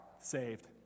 saved